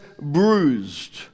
bruised